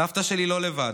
סבתא שלי לא לבד.